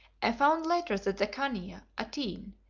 i found later that the khania, atene,